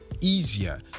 easier